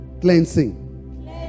Cleansing